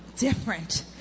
different